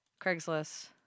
Craigslist